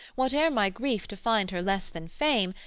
whate'er my grief to find her less than fame,